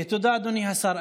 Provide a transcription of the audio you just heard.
תודה, אדוני השר.